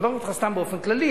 אני מברך אותך סתם באופן כללי,